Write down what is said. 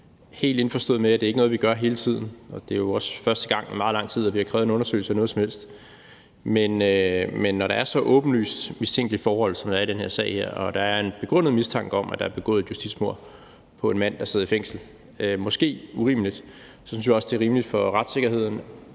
helt indforstået med, at det ikke er noget, vi gør hele tiden, og det er jo også første gang i meget lang tid, at vi har krævet en undersøgelse af noget som helst. Men når der er så åbenlyst mistænkelige forhold, som der er i den her sag, og når der er en begrundet mistanke om, at der er blevet begået et justitsmord på en mand, der sidder i fængsel, måske urimeligt, så synes jeg også, det er rimeligt af hensyn til retssikkerheden,